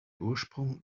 ursprung